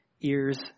ears